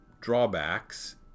drawbacks